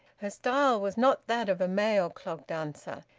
her style was not that of a male clog-dancer,